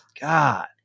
god